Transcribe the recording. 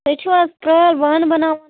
تُہۍ چھُو حظ کرٛال بانہٕ بَناوَن وٲلۍ